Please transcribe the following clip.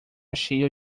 cheio